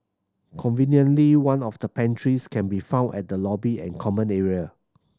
conveniently one of the pantries can be found at the lobby and common area